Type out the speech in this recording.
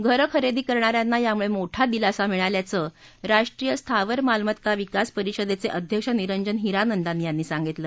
घरं खरेदी करणा यांना यामुळे मोठा दिलासा मिळाल्याचं राष्ट्रीय स्थावर मालमत्ता विकास परिषदेचे अध्यक्ष निरंजन हिरानंदानी यांनी सांगितलं